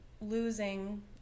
losing